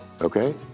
Okay